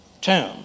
tomb